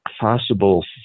possible